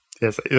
yes